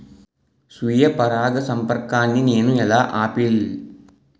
స్వీయ పరాగసంపర్కాన్ని నేను ఎలా ఆపిల్?